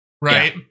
Right